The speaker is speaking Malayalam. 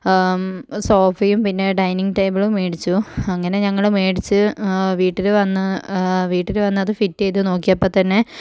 സോഫയും പിന്നെ ഡൈനിങ്ങ് ടേബിളും മേടിച്ചു അങ്ങനെ ഞങ്ങൾ മേടിച്ച് വീട്ടിൽ വന്ന് വീട്ടിൽ വന്നത് ഫിറ്റ് ചെയ്ത് നോക്കിയപ്പം തന്നെ